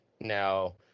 Now